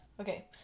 Okay